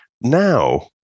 Now